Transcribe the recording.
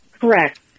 Correct